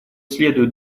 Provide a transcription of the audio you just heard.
следует